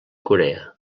corea